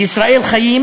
בישראל חיים